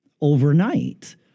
overnight